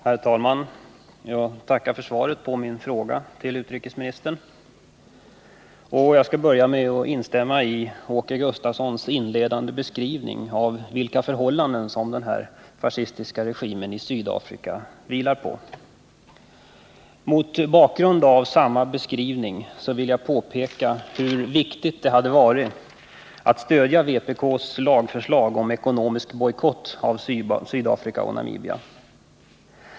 Herr talman! Jag ber att få tacka för svaret på min fråga till utrikesministern. Jag skall börja med att instämma i Åke Gustavssons beskrivning av de förhållanden som den fascistiska regimen i Sydafrika vilar på. Mot bakgrund av samma beskrivning vill jag påpeka hur viktigt det hade varit att stödja vpk:s lagförslag till ekonomisk bojkott av Sydafrika och Namibia.